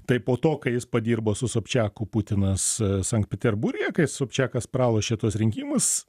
tai po to kai jis padirbo su sobčiaku putinas sankt peterburge kai sobčiakas pralošė tuos rinkimus